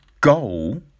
goal